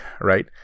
right